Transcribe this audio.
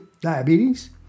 diabetes